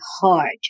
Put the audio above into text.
hard